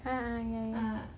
ah ah ya